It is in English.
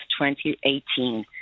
2018